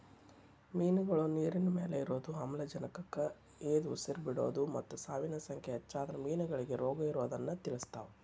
ಮಿನ್ಗಳು ನೇರಿನಮ್ಯಾಲೆ ಇರೋದು, ಆಮ್ಲಜನಕಕ್ಕ ಎದಉಸಿರ್ ಬಿಡೋದು ಮತ್ತ ಸಾವಿನ ಸಂಖ್ಯೆ ಹೆಚ್ಚಾದ್ರ ಮೇನಗಳಿಗೆ ರೋಗಇರೋದನ್ನ ತಿಳಸ್ತಾವ